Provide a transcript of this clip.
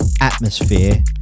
atmosphere